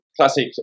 classic